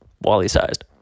Wally-sized